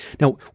Now